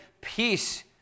Peace